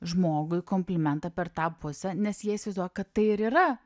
žmogui komplimentą per tą pusę nes jie įsivaizduoja kad tai ir yra